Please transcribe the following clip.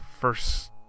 first